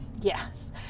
yes